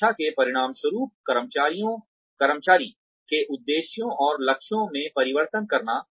समीक्षा के परिणामस्वरूप कर्मचारी के उद्देश्यों और लक्ष्यों में परिवर्तन करना